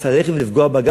צריך לפגוע בה.